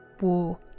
war